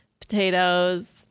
potatoes